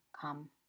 come